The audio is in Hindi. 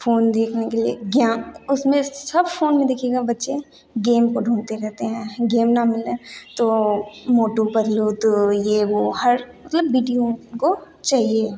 फोन देखने के लिए ज्ञा उसमें सब फ़ोन में देखिएगा बच्चे गेम को ढूँढते रहते हैं गेम ना मिलने तो मोटू पतलू तो ये वो हर मतलब बीडियो उनको चाहिए